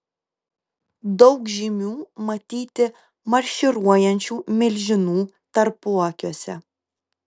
daug žymių matyti marširuojančių milžinų tarpuakiuose